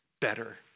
better